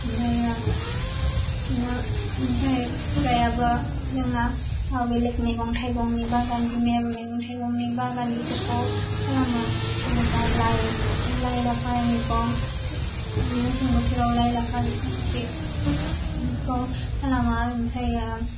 आमफ्रायो बिदिनो आमफाय बिफायाबो जोंना बेलेग मैगं थाइगंनि बागान बिमायाबो मैगं थाइगंनि बागान बेफोरखौ खालामो जेन'बा लाइ लाइ लाफा मैगं मेसें बोथोराव लाइ लाफाखौ खालामो ओमफ्रायो